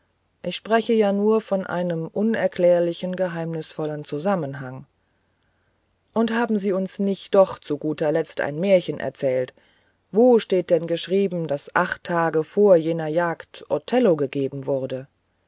ich spreche ja nur von einem unerklärlichen geheimnisvollen zusammenhang und haben sie uns nicht noch zu guter letzt ein märchen erzählt wo steht denn geschrieben daß acht tage vor jener jagd othello gegeben wurde